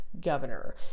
governor